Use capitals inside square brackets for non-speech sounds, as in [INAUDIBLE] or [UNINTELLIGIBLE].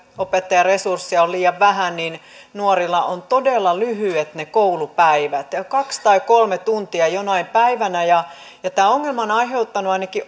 opettajaresursseja on liian vähän joten nuorilla on todella lyhyet koulupäivät kaksi tai kolme tuntia jonain päivänä tämä ongelma on aiheuttanut ainakin [UNINTELLIGIBLE]